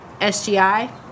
SGI